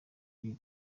b’i